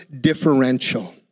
differential